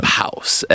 house